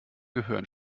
gehören